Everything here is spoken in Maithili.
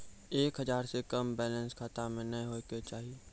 एक हजार से कम बैलेंस खाता मे नैय होय के चाही